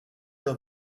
leur